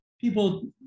people